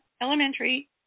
Elementary